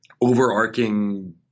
overarching